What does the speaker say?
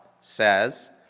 says